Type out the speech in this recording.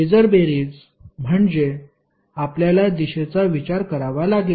phasor बेरीज म्हणजे आपल्याला दिशेचा विचार करावा लागेल